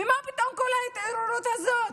ומה פתאום כל ההתעוררות הזאת?